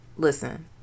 Listen